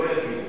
לא יגיבו.